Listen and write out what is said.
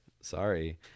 sorry